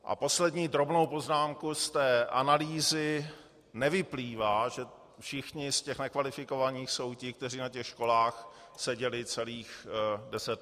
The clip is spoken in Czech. A poslední drobnou poznámku: Z té analýzy nevyplývá, že všichni z těch nekvalifikovaných jsou ti, kteří na školách seděli celých deset let.